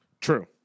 True